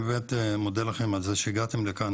אני באמת מודה לכם על כך שהגעתם לכאן,